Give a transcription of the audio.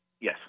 Yes